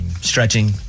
stretching